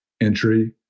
entry